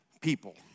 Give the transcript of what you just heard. people